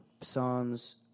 Psalms